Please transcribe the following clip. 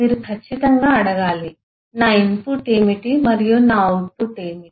మీరు ఖచ్చితంగా అడగాలి నా ఇన్ పుట్ ఏమిటి మరియు నా అవుట్ పుట్ ఏమిటి